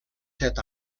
set